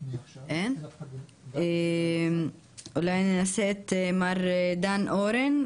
אז אולי ננסה את מר דן אורן,